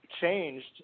changed